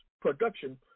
production